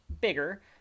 bigger